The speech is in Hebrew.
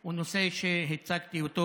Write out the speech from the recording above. הוא נושא שהצגתי אותו